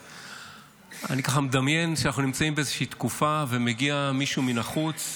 אני ככה מדמיין שאנחנו נמצאים באיזושהי תקופה ומגיע מישהו מבחוץ,